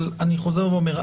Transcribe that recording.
אבל אני חוזר ואומר,